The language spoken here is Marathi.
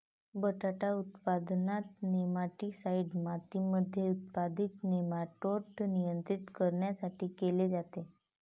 बटाटा उत्पादनात, नेमाटीसाईड मातीमध्ये उत्पादित नेमाटोड नियंत्रित करण्यासाठी केले जाते